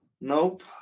Nope